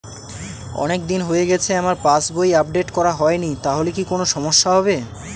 অনেকদিন হয়ে গেছে আমার পাস বই আপডেট করা হয়নি তাহলে কি কোন সমস্যা হবে?